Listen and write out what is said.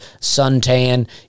suntan